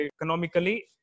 economically